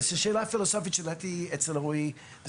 זו שאלה פילוסופית שלדעתי אצל רועי,